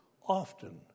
often